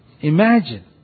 Imagine